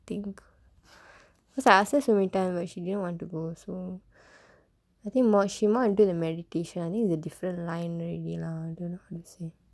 think cause I ask her so many times but she didn't want to go also I think she only until the meditation a different line already ah